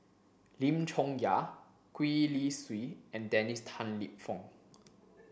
Lim Chong Yah Gwee Li Sui and Dennis Tan Lip Fong